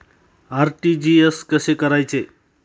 RTGS कसे करायचे?